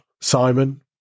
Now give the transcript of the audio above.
Simon